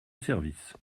service